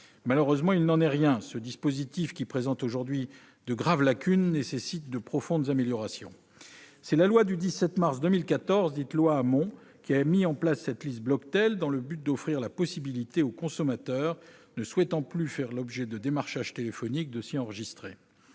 Malheureusement, il n'en est rien ; ce dispositif, qui présente aujourd'hui de graves lacunes, requiert de profondes améliorations. C'est la loi du 17 mars 2014, dite loi Hamon, qui a mis en place cette liste Bloctel, dans le but d'offrir aux consommateurs ne souhaitant plus faire l'objet de démarchage téléphonique la possibilité de s'y enregistrer.